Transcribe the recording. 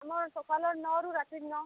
ଆମର୍ ସକାଳର୍ ନଅରୁ ରାତିର୍ ନଅ